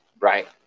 Right